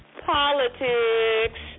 Politics